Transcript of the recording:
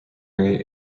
area